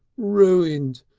ruined!